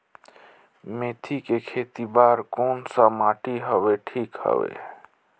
मेथी के खेती बार कोन सा माटी हवे ठीक हवे?